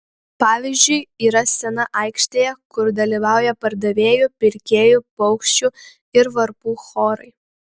pavyzdžiui yra scena aikštėje kur dalyvauja pardavėjų pirkėjų paukščių ir varpų chorai